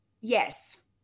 Yes